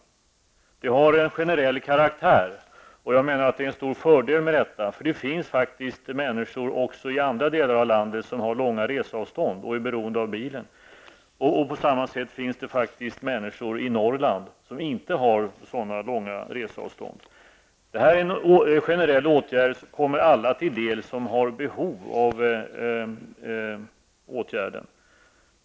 Det har en generell karaktär, och jag menar att det är en stor fördel med detta. Det finns människor också i andra delar av landet som har långa reseavstånd och är beroende av bilen, och det finns faktiskt människor i Norrland som inte har sådana långa reseavstånd. Det här är en generell åtgärd som kommer alla till del som har behov av åtgärden.